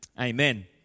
Amen